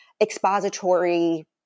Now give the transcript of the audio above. expository